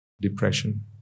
Depression